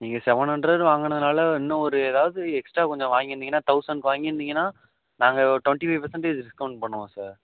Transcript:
நீங்கள் seven hundred வாங்கினதுனால இன்னும் ஒரு எதாவது எக்ஸ்ட்டா கொஞ்சம் வாங்கியிருந்தீங்கன்னா தௌசண்ட்க்கு வாங்கியிருந்தீங்கன்னா நாங்கள் ஒரு டுவெண்ட்டி ஃபைவ் பர்ஸன்டேஜ் டிஸ்கவுண்ட் பண்ணுவோம் சார்